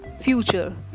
future